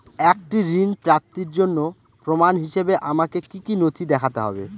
একটি ঋণ প্রাপ্তির জন্য প্রমাণ হিসাবে আমাকে কী কী নথি দেখাতে হবে?